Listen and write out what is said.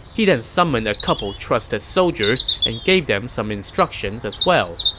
he then summoned a couple trusted soldiers and gave them some instructions as well,